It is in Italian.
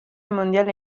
mondiale